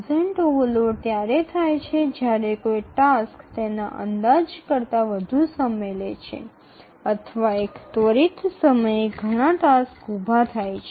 একটি অস্থায়ী ওভারলোড ঘটে যখন কোনও কাজ অনুমানের চেয়ে বেশি সময় নেয় বা এক মুহুর্তে অনেকগুলি কার্য উত্পন্ন হয়